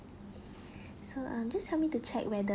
so um just help me to check whether